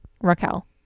Raquel